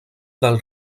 del